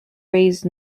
raised